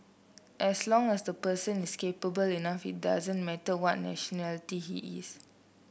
as long as the person is capable enough it doesn't matter what nationality he is